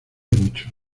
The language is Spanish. mucho